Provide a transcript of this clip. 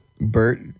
Bert